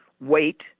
wait